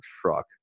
truck